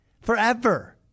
Forever